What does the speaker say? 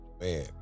Man